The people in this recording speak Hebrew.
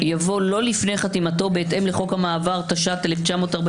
יבוא: "לא לפני חתימתו בהתאם לחוק המעבר תש"ט-1948,